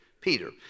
Peter